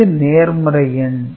இது நேர்மறை எண்